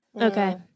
Okay